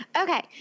Okay